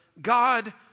God